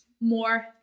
more